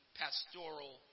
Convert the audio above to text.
pastoral